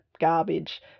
garbage